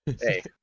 hey